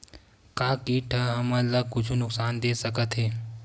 का कीट ह हमन ला कुछु नुकसान दे सकत हे?